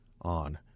on